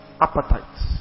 appetites